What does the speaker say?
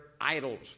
idols